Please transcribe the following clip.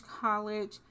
College